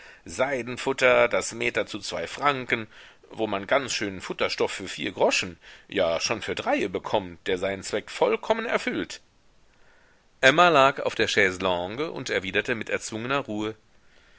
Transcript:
seidenfutter das meter zu zwei franken wo man ganz schönen futterstoff für vier groschen ja schon für dreie bekommt der seinen zweck vollkommen erfüllt emma lag auf der chaiselongue und erwiderte mit erzwungener ruhe